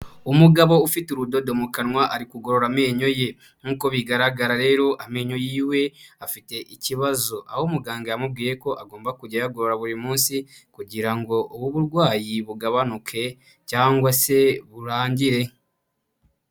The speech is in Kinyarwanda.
Umugabo ufite urudodo mu kanwa ari kugorora amenyo ye nkuko bigaragara rero amenyo yiwe afite ikibazo, aho umuganga yamubwiye ko agomba kujya ayagorora buri munsi kugira ubu burwayi bugabanuke cyangwa se burangire.